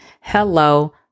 Hello